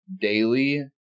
daily